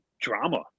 drama